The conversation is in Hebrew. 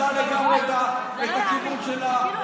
שאיבדה לגמרי את הכיוון שלה,